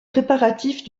préparatifs